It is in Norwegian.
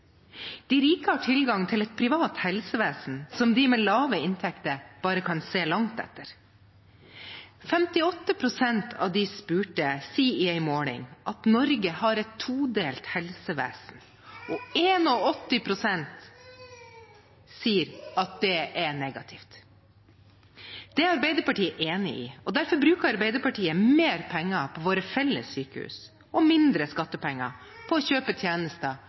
De rike har tilgang til et privat helsevesen, som de med lave inntekter bare kan se langt etter. 58 pst. av de spurte sier i en måling at Norge har et todelt helsevesen, og 81 pst. sier at det er negativt. Det er Arbeiderpartiet enig i, og derfor bruker Arbeiderpartiet mer penger på våre felles sykehus og mindre skattepenger på å kjøpe tjenester